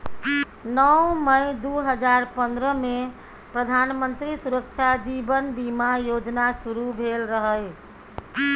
नौ मई दु हजार पंद्रहमे प्रधानमंत्री सुरक्षा जीबन बीमा योजना शुरू भेल रहय